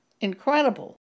incredible